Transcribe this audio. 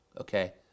Okay